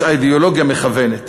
יש אידיאולוגיה מכוונת